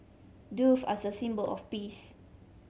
doves are a symbol of peace